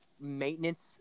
maintenance